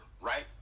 right